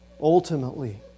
ultimately